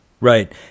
Right